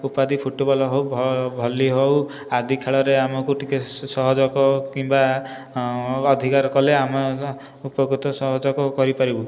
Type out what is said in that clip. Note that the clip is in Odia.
ଉପାଧି ଫୁଟବଲ ହେଉ ଭଲି ହେଉ ଆଦି ଖେଳରେ ଆମକୁ ଟିକିଏ ସହଯୋଗ କିମ୍ବା ଅଧିକାର କଲେ ଆମେ ଉପକୃତ ସହଯୋଗ କରିପାରିବୁ